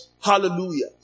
Hallelujah